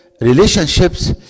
Relationships